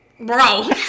Bro